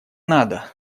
надо